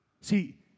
See